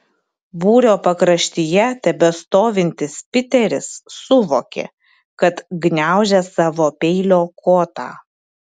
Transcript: būrio pakraštyje tebestovintis piteris suvokė kad gniaužia savo peilio kotą